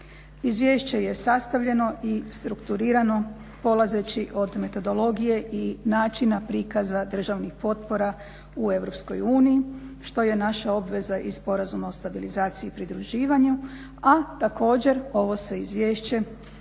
Izvješće je sastavljeno i strukturirano polazeći od metodologije i načina prikaza državnih potpora u EU što je naša obveza i sporazuma o stabilizaciji i pridruživanju a također ovo sa izvješćem